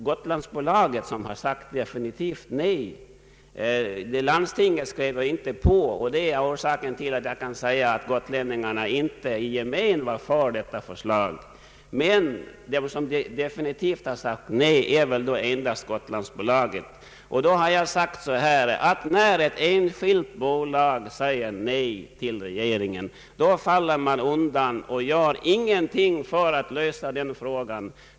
Herr talman! Herr statsrådet upprepar sitt uttalande, som om gotlänningarna skulle vara emot en uppgörelse och att få bättre förhållanden. Det är väl i detta fall Gotlandsbolaget som sagt definitivt nej. Landstinget var inte med på detta förslag, och det är orsaken till att jag kan säga att gotlänningarna inte i gemen var för förslaget. Men den som definitivt har sagt nej är Gotlandsbolaget. När ett enskilt bolag säger nej till regeringen, faller man alltså, som jag sade, undan och gör ingenting för att lösa frågan.